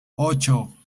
ocho